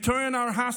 Return our hostages,